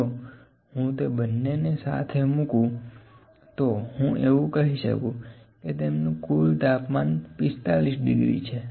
જો હું તે બંનેને સાથે મૂકું તો હું એવું કહી શકું કે તેમનું કુલ તાપમાન 45 ડિગ્રી છે